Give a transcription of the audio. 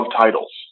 titles